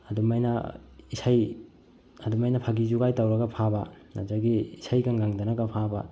ꯑꯗꯨꯃꯥꯏꯅ ꯏꯁꯩ ꯑꯗꯨꯃꯥꯏꯅ ꯐꯥꯒꯤ ꯖꯣꯒꯥꯏ ꯇꯧꯔꯒ ꯐꯥꯕ ꯑꯗꯒꯤ ꯏꯁꯩꯒ ꯉꯪꯗꯅꯒ ꯐꯥꯕ